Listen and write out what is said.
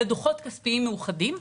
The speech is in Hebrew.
הם מאוחדים,